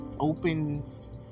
opens